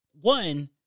one